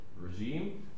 regime